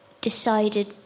decided